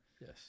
Yes